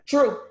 True